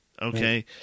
Okay